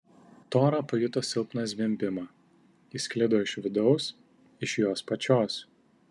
tora pajuto silpną zvimbimą jis sklido iš vidaus iš jos pačios